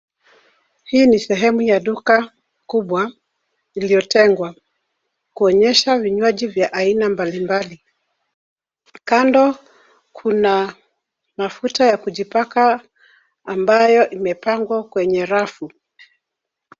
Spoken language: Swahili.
Hii ni sehemu ya duka kubwa ilio tengwa, kuonyesha vinywaji vya aina mbali mbali. Kando kuna mafuta ya kujipaka ambayo imepangwa kwenye rafu.